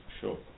sure